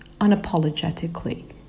unapologetically